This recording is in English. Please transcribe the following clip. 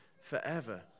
forever